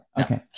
Okay